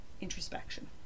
introspection